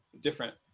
different